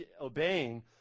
obeying